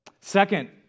Second